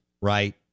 right